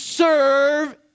serve